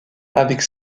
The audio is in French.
avec